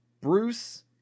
Bruce